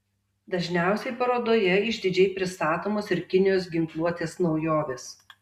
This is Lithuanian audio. dažniausiai parodoje išdidžiai pristatomos ir kinijos ginkluotės naujovės